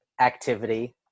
activity